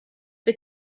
the